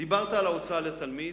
דיברת על ההוצאה לתלמיד,